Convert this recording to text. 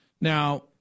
Now